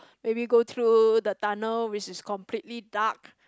maybe go through the tunnel which is completely dark